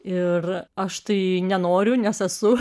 ir aš tai nenoriu nes esu